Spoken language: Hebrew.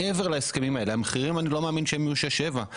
מעבר להסכמים האלה אני לא מאמין שהמחירים יהיו שש-שבע.